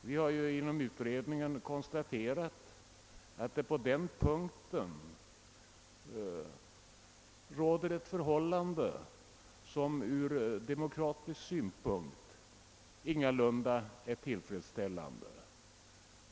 Vi har inom utredningen konstaterat att det på denna punkt råder ett förhållande som ur demokratisk synpunkt ingalunda är tillfredsställande.